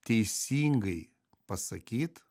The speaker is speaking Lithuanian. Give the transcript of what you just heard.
teisingai pasakyt